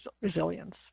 resilience